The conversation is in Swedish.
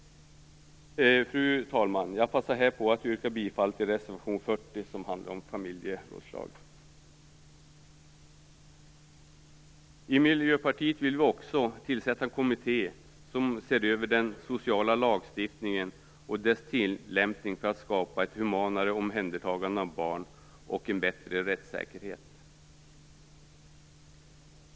Fru talman! Jag passar här på att yrka bifall till reservation 40 som handlar om familjerådslag. Vi i Miljöpartiet vill också tillsätta en kommitté som ser över den sociala lagstiftningen och dess tilllämpning för att skapa ett humanare omhändertagande av barn och en bättre rättssäkerhet.